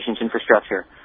infrastructure